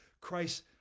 Christ